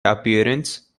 appearance